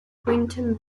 quentin